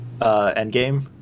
Endgame